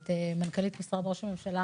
ואת מנכ"לית משרד ראש הממשלה